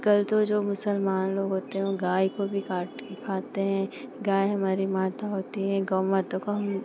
आज कल तो जो मुसलमान लोग होते हैं वे गाय को भी काटकर खाते हैं गाय हमारी माता होती है गौव माता को हम